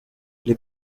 les